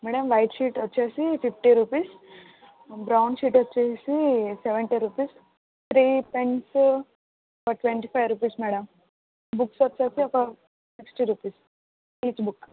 madam white sheet వచ్చేసి fifty rupees brown sheet వచ్చేసి seventy rupees three pens twenty five rupees madam books వచ్చేసి ఒక sixty rupees each book